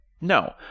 no